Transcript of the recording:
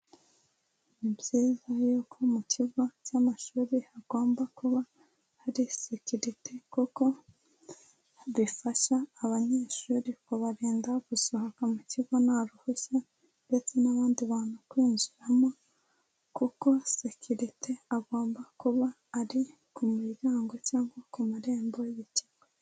Ni byiza yuko mu kigo cy'amashuri hagomba kuba hari sekirite, kuko bifasha abanyeshuri kubarinda gusohoka mu kigo nta ruhushya, ndetse n'abandi bantu kwinjiramo, kuko sekirite agomba kuba ari ku muryango cyangwa ku marembo y'ikigo.